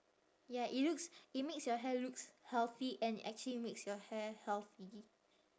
ya it looks it makes your hair looks healthy and actually makes your hair healthy